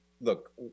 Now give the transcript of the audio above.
look